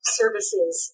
services